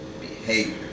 Behavior